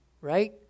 right